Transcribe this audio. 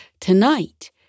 Tonight